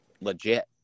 legit